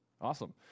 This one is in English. Awesome